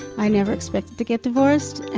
i never expected to get divorced.